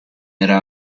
era